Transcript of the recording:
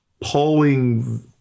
pulling